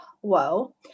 whoa